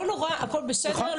לא נורא, הכל בסדר.